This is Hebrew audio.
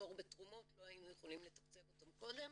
המחסור בתרומות לא היינו יכולים לתקצב אותם קודם,